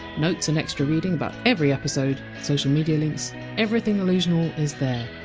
notes and extra reading about every episode, social media links everything allusional is there.